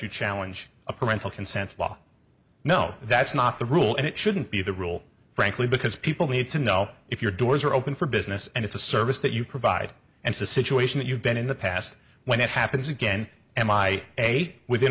you challenge a parental consent law no that's not the rule and it shouldn't be the rule frankly because people need to know if your doors are open for business and it's a service that you provide and the situation that you've been in the past when it happens again and my eight within